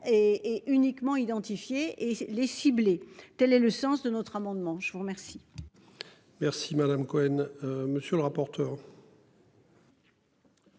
et uniquement identifié et les cibler tel est le sens de notre amendement, je vous remercie. Merci madame Cohen. Monsieur le rapporteur.